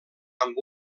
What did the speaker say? amb